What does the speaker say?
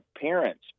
parents